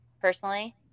personally